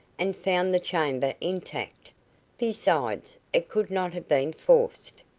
and found the chamber intact besides it could not have been forced.